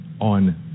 on